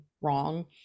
wrong